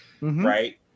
right